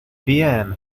bien